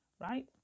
right